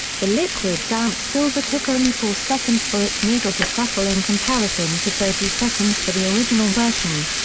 the liquid-damped silva took only four seconds for its needle to settle in comparison to thirty seconds for the original version.